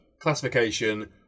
classification